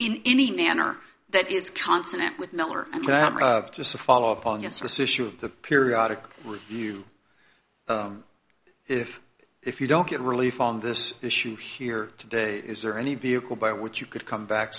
in any manner that is consonant with miller and just a follow up on yes this issue of the periodic review if if you don't get relief on this issue here today is there any vehicle by which you could come back